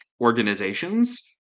organizations